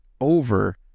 over